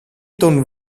τον